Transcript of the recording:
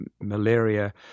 malaria